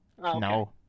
No